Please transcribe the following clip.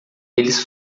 eles